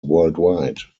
worldwide